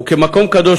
וכמקום קדוש,